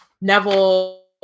Neville